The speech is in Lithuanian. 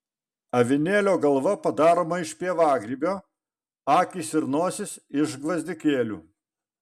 avinėlio galva padaroma iš pievagrybio akys ir nosis iš gvazdikėlių